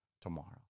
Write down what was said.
tomorrow